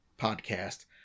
podcast